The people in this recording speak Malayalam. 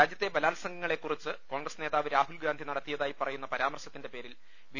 രാജ്യത്തെ ബലാത്സംഗങ്ങളെക്കുറിച്ച് കോൺഗ്രസ് നേതാവ് രാഹുൽഗാന്ധി നടത്തിയതായി പറയുന്ന പരാ മർശത്തിന്റെ പേരിൽ ബി